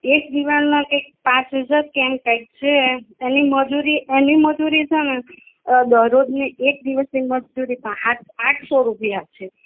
એક દિવાલના પાંચ હજાર કે એમ કઈક છે એની મજૂરી એની મજૂરી છન દરરોજની એક દિવસની હાટ આઠસો રૂપિયા છે